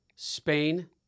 Spain